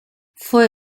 fue